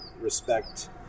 respect